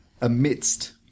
amidst